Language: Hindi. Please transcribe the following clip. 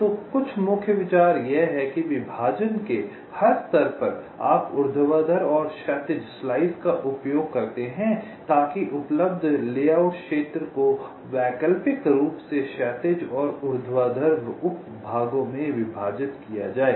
तो कुछ मुख्य विचार यह है कि विभाजन के हर स्तर पर आप ऊर्ध्वाधर और क्षैतिज स्लाइस का उपयोग करते हैं ताकि उपलब्ध लेआउट क्षेत्र को वैकल्पिक रूप से क्षैतिज और ऊर्ध्वाधर उप भागों में विभाजित किया जाए